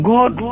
God